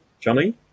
Johnny